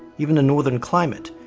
even the northern climate,